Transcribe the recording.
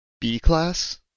B-Class